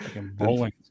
Bowling